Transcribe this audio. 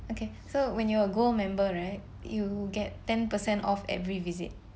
okay so when you're a gold member right you get ten percent off every visit